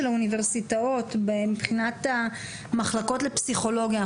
האוניברסיטאות מבחינת המחלקות לפסיכולוגיה.